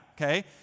Okay